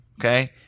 Okay